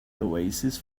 oasis